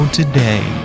today